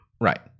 Right